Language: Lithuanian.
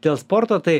dėl sporto tai